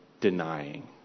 denying